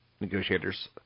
negotiators